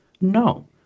No